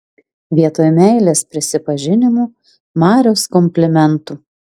vietoj meilės prisipažinimų marios komplimentų